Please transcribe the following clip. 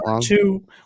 two